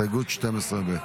הסתייגות 12 ב'.